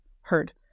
heard